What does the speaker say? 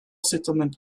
settlement